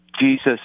Jesus